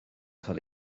cael